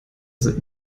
sind